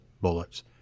bullets